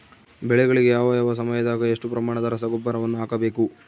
ಬೆಳೆಗಳಿಗೆ ಯಾವ ಯಾವ ಸಮಯದಾಗ ಎಷ್ಟು ಪ್ರಮಾಣದ ರಸಗೊಬ್ಬರವನ್ನು ಹಾಕಬೇಕು?